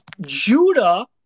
Judah